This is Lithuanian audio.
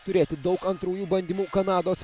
turėti daug antrųjų bandymų kanados